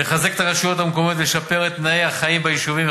לחזק את הרשויות המקומיות ולשפר את תנאי החיים ביישובים,